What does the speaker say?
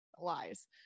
Lies